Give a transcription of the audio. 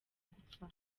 gupfa